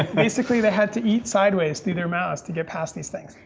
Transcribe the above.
basically they had to eat sideways through their mouths to get past these things.